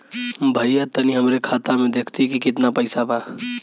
भईया तनि हमरे खाता में देखती की कितना पइसा बा?